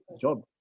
job